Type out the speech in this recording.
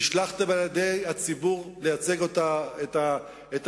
נשלחתם על-ידי הציבור לייצג את המצביעים,